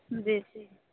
जी